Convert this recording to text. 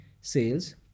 sales